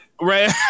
Right